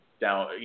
down